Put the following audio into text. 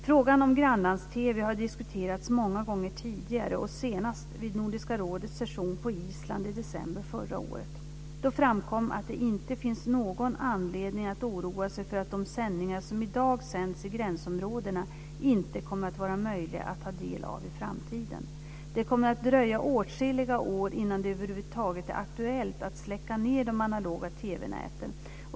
Frågan om grannlands-TV har diskuterats många gånger tidigare, senast vid Nordiska rådets session på Island i december förra året. Då framkom att det inte finns någon anledning att oroa sig för att de sändningar som i dag sänds i gränsområdena inte kommer att vara möjliga att ta del av i framtiden. Det kommer att dröja åtskilliga år innan det över huvud taget är aktuellt att släcka ned de analoga TV-näten.